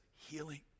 healing